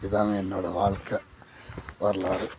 இதாங்க என்னோடய வாழ்க்கை வரலாறு